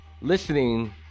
listening